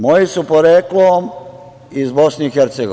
Moji su poreklom iz BiH.